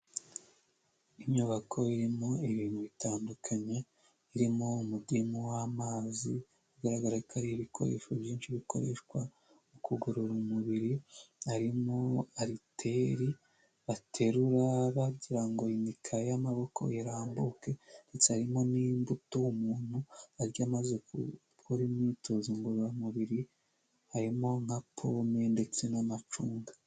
Inyubako irimo ibintu bitandukanye, irimo umudimu w’amazi ugaragara ko ari ibikoresho byinshi bikoreshwa mu kugororamubiri, harimo aliteri baterura bagira ngo imika y’amaboko irambuke. Ndetse harimo n’imbuto umuntu arya amaze gukora imyitozo ngororamubiri. Harimo nka pome ndetse n’amacunda.